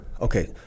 Okay